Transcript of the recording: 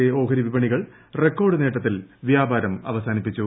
രാജ്യത്തെ ഓഹരി വിപണികൾ റെക്കോർഡ് നേട്ടത്തിൽ വ്യാപാരം അവസാനിപ്പിച്ചു